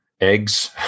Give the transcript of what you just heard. eggs